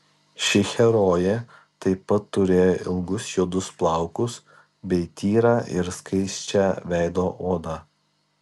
ši herojė taip pat turėjo ilgus juodus plaukus bei tyrą ir skaisčią veido odą